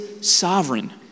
sovereign